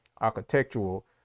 architectural